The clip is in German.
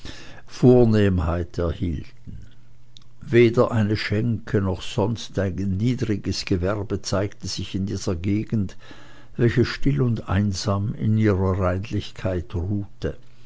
vornehmheit erhielten weder eine schenke noch ein sonstiges niederes gewerbe zeigte sich in dieser gegend welche still und einsam in ihrer reinlichkeit ruhte